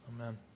Amen